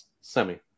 Semi